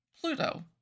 Pluto